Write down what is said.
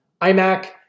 iMac